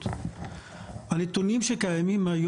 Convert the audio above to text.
את חיים,